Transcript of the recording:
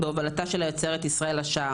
בהובלתה של היוצרת ישראלה שער.